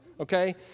Okay